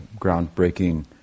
groundbreaking